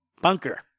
Bunker